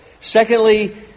Secondly